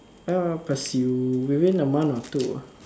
ah pursue within a month or two ah